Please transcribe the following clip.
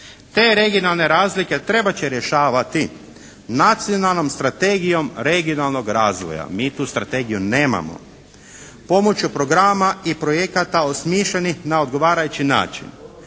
Te regionalne razlike trebat će rješavati Nacionalnom strategijom regionalnog razvoja. Mi tu strategiju nemamo. Pomoću programa i projekata osmišljenih na odgovarajući način